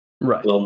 Right